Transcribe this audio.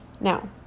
Now